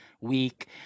weak